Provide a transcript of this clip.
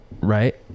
right